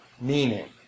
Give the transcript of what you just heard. meaning